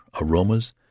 aromas